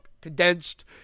condensed